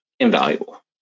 invaluable